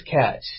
catch